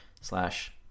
slash